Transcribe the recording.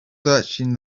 searching